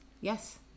Yes